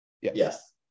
Yes